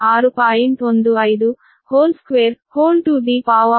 08662 6